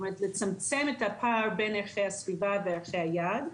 זאת אומרת לצמצם את הפער בין ערכי הסביבה וערכי היעד.